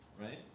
Right